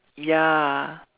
ya